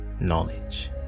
knowledge